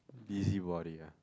busybody ah